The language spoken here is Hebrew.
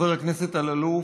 חבר הכנסת אלאלוף,